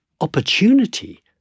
opportunity